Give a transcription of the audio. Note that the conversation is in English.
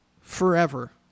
forever